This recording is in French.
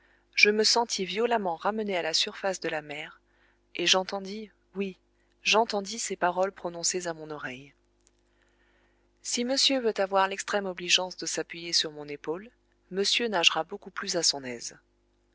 je me sentis violemment ramené à la surface de lamer et j'entendis oui j'entendis ces paroles prononcées à mon oreille si monsieur veut avoir l'extrême obligeance de s'appuyer sur mon épaule monsieur nagera beaucoup plus à son aise